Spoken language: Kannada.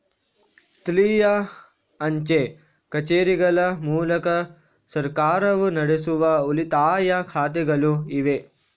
ಸ್ಥಳೀಯ ಅಂಚೆ ಕಚೇರಿಗಳ ಮೂಲಕ ಸರ್ಕಾರವು ನಡೆಸುವ ಉಳಿತಾಯ ಖಾತೆಗಳು ಇವೆ